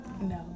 No